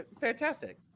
fantastic